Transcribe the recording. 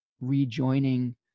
rejoining